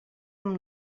amb